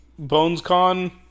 Bonescon